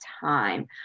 time